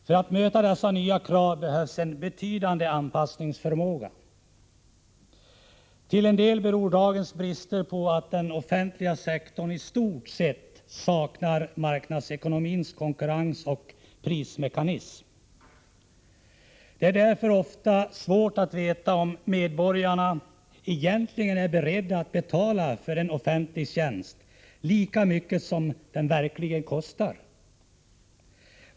För att möta dessa nya krav behövs en betydande anpassningsförmåga. Till en del beror dagens brister på att den offentliga sektorn i stort sett saknar marknadsekonomins konkurrensoch prismekanism. Det är därför ofta svårt att veta om medborgarna egentligen är beredda att för en offentlig tjänst betala lika mycket som den verkligen kostar.